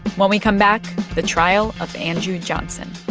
when we come back, the trial of andrew johnson